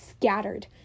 scattered